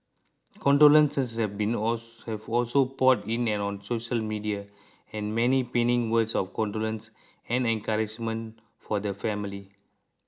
condolences have been also have also poured in on social media with many penning words of condolences and encouragement for the family